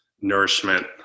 nourishment